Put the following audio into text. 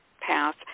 path